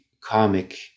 comic